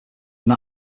not